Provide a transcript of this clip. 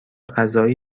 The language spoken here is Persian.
غذایی